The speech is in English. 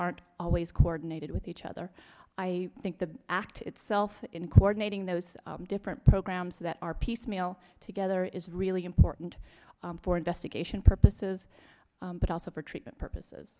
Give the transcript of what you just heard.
aren't always coordinated with each other i think the act itself in coordinating those different programs that are piecemeal together is really important for investigation purposes but also for treatment purposes